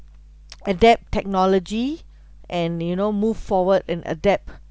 adapt technology and you know move forward and adapt